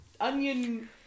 onion